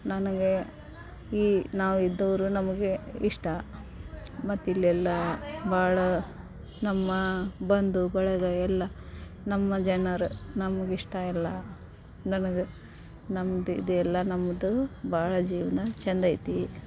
ನನಗೆ ಈ ನಾವು ಇದ್ದೋರು ನಮಗೆ ಇಷ್ಟ ಮತ್ತು ಇಲ್ಲೆಲ್ಲ ಭಾಳ ನಮ್ಮ ಬಂಧು ಬಳಗ ಎಲ್ಲ ನಮ್ಮ ಜನರು ನಮಗೆ ಇಷ್ಟ ಇಲ್ಲ ನನಗೆ ನಮ್ಮದು ಇದೆಲ್ಲ ನಮ್ಮದು ಭಾಳ ಜೀವನ ಚಂದೈತಿ